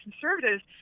conservatives